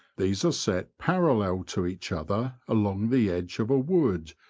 these are set parallel to each other along the edge of a wood,